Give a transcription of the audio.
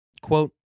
quote